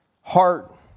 heart